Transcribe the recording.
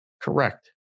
Correct